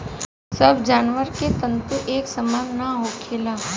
सब जानवर के तंतु एक सामान ना होखेला